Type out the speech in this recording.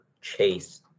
chase